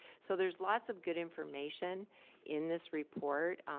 so there's lots of good information in this report,